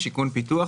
שיכון ופיתוח,